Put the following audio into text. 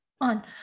on